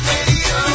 Radio